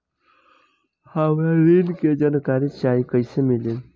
हमरा ऋण के जानकारी चाही कइसे मिली?